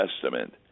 Testament